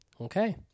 okay